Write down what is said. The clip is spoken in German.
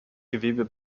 gewebe